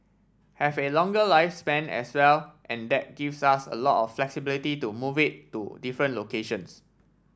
have a longer lifespan as well and that gives us a lot of flexibility to move it to different locations